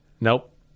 Nope